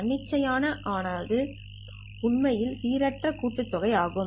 தன்னிச்சையான ஆனது உண்மையில்சீரற்ற கூட்டுத்தொகை ஆகும்